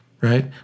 right